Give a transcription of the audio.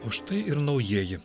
o štai ir naujieji